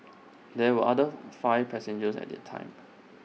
there were other five passengers at the time